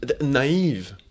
naive